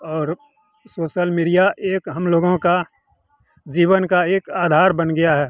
और social media एक हम लोगों के जीवन का एक आधार बन गया है